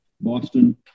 Boston